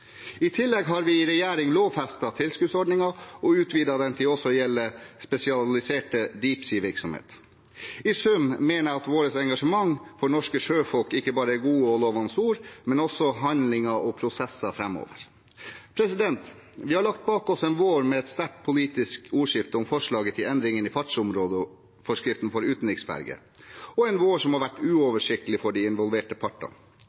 I tillegg har vi i regjering lovfestet tilskuddsordningen og utvidet den til også å gjelde spesialisert «deep sea»-virksomhet. I sum mener jeg at vårt engasjement for norske sjøfolk ikke bare er gode og lovende ord, men også handling og prosesser framover. Vi har lagt bak oss en vår med et sterkt politisk ordskifte om forslaget til endringen av fartsområdeforskriften for utenriksferger, og en vår som har vært uoversiktlig for de involverte partene.